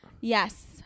yes